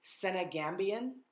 Senegambian